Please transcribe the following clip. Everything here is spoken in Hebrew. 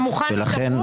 אתה מוכן להידברות?